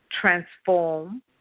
transform